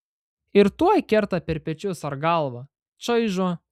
ir tuoj kerta per pečius ar galvą čaižo